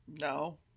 No